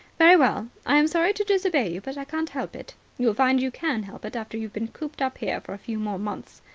very well. i'm sorry to disobey you, but i can't help it. you'll find you can help it after you've been cooped up here for a few more months,